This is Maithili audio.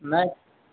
नहि